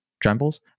Trembles